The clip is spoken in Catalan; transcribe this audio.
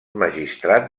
magistrat